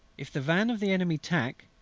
if the van of the enemy tack,